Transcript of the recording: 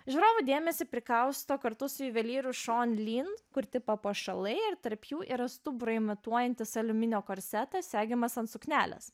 žiūrovų dėmesį prikausto kartu su juvelyru šon lyn kurti papuošalai ir tarp jų yra stuburą imituojantis aliuminio korsetas segimas ant suknelės